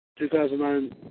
2009